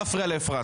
לא להפריע לאפרת.